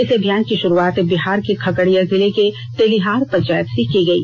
इस अभियान की शुरुआत बिहार के खगडिया जिले की तेलीहर पंचायत से की गई